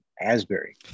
Asbury